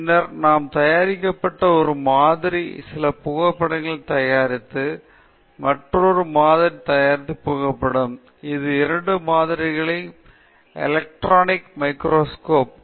பின்னர் நாம் தயாரிக்கப்பட்ட ஒரு மாதிரி சில புகைப்படங்களை தயாரித்து மற்றொரு மாதிரி தயாரித்த புகைப்படம் இந்த இரண்டு மாதிரிகள் எலக்ட்ரான் மைக்ரோகிராப்கள்